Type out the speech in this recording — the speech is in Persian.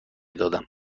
دادم